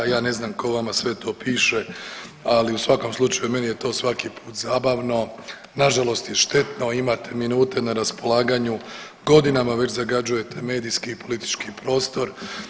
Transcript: Ja ne znam tko vama sve to pište, ali u svakom slučaju meni je to svaki put zabavno, nažalost i štetno, imate minute na raspolaganju, godinama već zagađujete medijski i politički prostor.